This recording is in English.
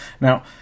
Now